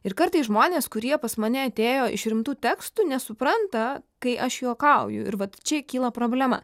ir kartais žmonės kurie pas mane atėjo iš rimtų tekstų nesupranta kai aš juokauju ir vat čia kyla problema